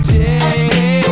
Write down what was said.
day